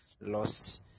lost